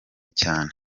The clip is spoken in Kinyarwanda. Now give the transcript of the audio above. cyane